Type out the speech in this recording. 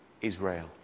Israel